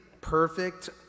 perfect